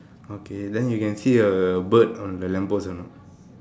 okay then you can see a bird on the lamp post or not